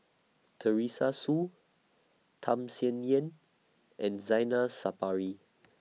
Teresa Hsu Tham Sien Yen and Zainal Sapari